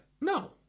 no